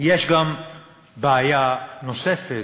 יש גם בעיה נוספת,